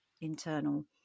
internal